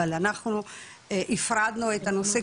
אבל אנחנו הפרדנו את הנושא,